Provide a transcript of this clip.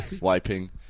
wiping